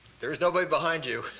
there's nobody behind you.